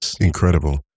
Incredible